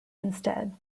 instead